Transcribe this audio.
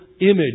image